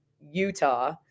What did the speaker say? Utah